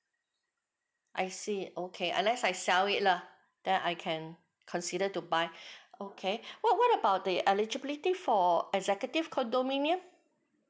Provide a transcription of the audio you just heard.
I see okay unless I sell it lah then I can consider to buy okay what what about the eligibility for executive condominium